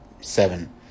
Seven